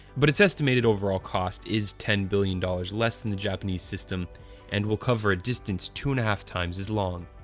but its estimated overall cost is ten billion dollars less than the japanese system and will cover a distance two and a half times as long.